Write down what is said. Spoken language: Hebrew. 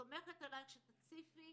אני סומכת עליך שתציפי,